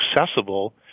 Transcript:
accessible